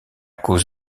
cause